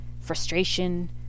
frustration